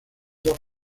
dos